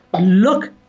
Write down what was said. look